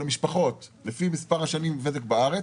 למשפחות לפי מספר השנים של ותק בארץ,